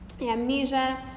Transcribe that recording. Amnesia